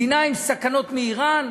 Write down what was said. מדינה עם סכנות מאיראן,